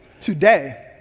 today